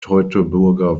teutoburger